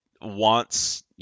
wants